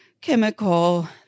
chemical